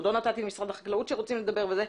עוד לא נתתי למשרד החקלאות שרוצים לדבר ותיירות,